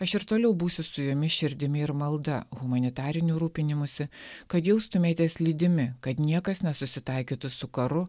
aš ir toliau būsiu su jumis širdimi ir malda humanitariniu rūpinimusi kad jaustumėtės lydimi kad niekas nesusitaikytų su karu